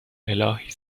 الهی